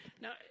Now